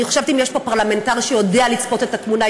אני חושבת שאם יש פה פרלמנטר שיודע לצפות את התמונה,